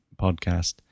podcast